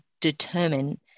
determine